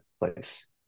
place